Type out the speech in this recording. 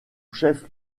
chef